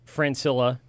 Francilla